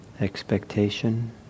Expectation